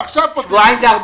עכשיו פותרים את זה.